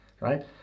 right